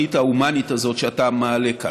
האזרחית ההומנית הזאת שאתה מעלה כאן.